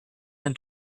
than